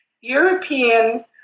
European